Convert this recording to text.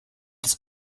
des